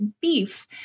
beef